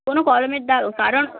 কোনও কলমের দাগ কারণ